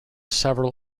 several